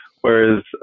whereas